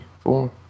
four